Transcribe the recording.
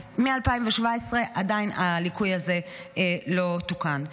אז מ-2017 הליקוי הזה לא תוקן.